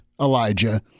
Elijah